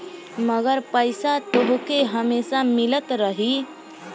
मगर पईसा तोहके हमेसा मिलत रही